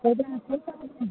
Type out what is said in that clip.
ସେଇଟା